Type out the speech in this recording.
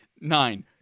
nine